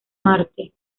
marte